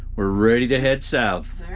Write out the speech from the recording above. we're ready to head south!